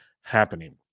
happening